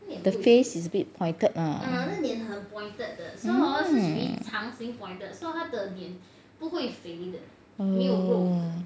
the face is a bit pointed uh mm oh